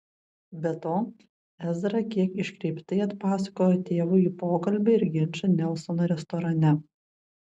be to ezra kiek iškreiptai atpasakojo tėvui jų pokalbį ir ginčą nelsono restorane